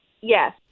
Yes